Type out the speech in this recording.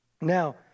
now